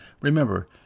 remember